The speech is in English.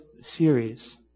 series